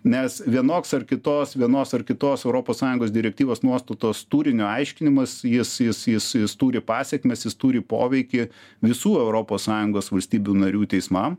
nes vienoks ar kitos vienos ar kitos europos sąjungos direktyvos nuostatos turinio aiškinimas jis jis jis jis turi pasekmes jis turi poveikį visų europos sąjungos valstybių narių teismam